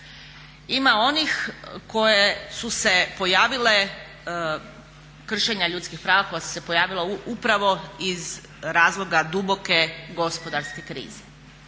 ima onih koje su se pojavile kršenja ljudskih prava koja su se pojavila upravo iz razloga duboke gospodarske krize